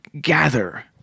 gather